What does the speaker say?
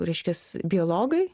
reiškias biologai